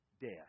death